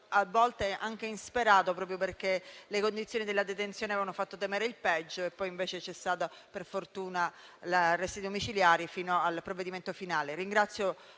a volte anche insperato, proprio perché le condizioni della detenzione avevano fatto temere il peggio e poi invece ci sono stati, per fortuna, gli arresti domiciliari fino al provvedimento finale.